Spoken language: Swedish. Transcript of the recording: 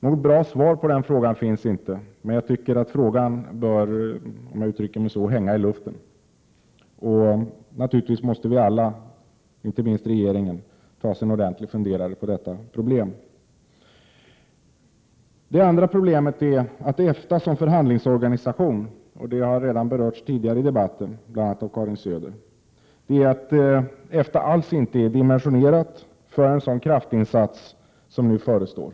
Något bra svar på den frågan finns inte, men jag tycker att frågan bör — om jag får uttrycka mig så — hänga i luften. Naturligtvis måste vi alla, inte minst regeringen, ta oss en ordentligt funderare på detta problem. Det andra problemet är att EFTA som förhandlingsorganisation — det har berörts tidigare i debatten, bl.a. av Karin Söder — alls inte är dimensionerat för en sådan kraftinsats som nu förestår.